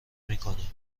میکنیم